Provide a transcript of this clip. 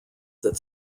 that